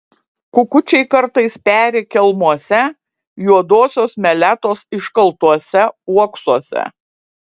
kukučiai kartais peri kelmuose juodosios meletos iškaltuose uoksuose